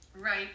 Right